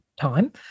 time